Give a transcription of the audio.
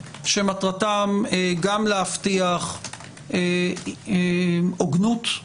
שמטרתם גם להבטיח הוגנות,